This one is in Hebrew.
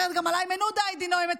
אחרת גם על איימן עודה הייתי נואמת,